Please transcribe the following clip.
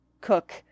cook